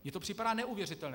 Mně to připadá neuvěřitelné.